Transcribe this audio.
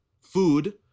food